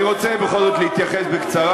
אני רוצה בכל זאת להתייחס בקצרה.